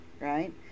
right